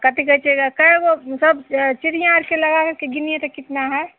cut गई चिड़िया कै गो सब चिड़ियाँ और के लगाकर के गिनिए तो कितना है